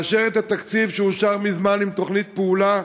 לאשר את התקציב שאושר מזמן, עם תוכנית פעולה,